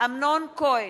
אמנון כהן,